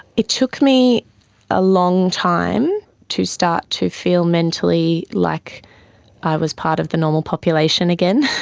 it took me a long time to start to feel mentally like i was part of the normal population again.